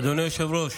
אדוני היושב-ראש,